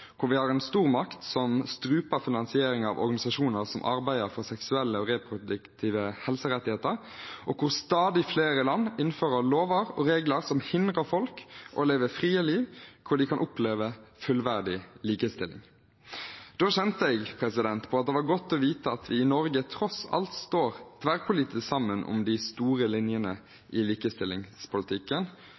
hvor vi har en stormakt som struper finansieringen av organisasjoner som arbeider for seksuelle og reproduktive helserettigheter, og hvor stadig flere land innfører lover og regler som hindrer folk i å leve frie liv og oppleve fullverdig likestilling. Da kjente jeg på at det var godt å vite at vi i Norge tross alt står tverrpolitisk sammen om de store linjene i likestillingspolitikken,